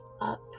Up